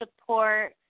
support